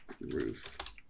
Roof